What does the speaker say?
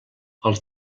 els